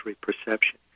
perception